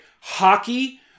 hockey